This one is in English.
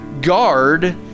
guard